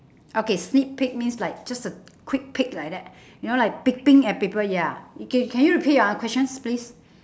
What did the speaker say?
okay sneak peek means like just a quick peek like that you know like peeping at people ya okay can you repeat your questions please